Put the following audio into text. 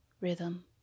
rhythm